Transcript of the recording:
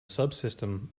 subsystem